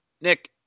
Nick